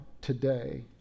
today